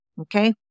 Okay